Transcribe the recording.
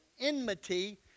enmity